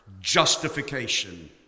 justification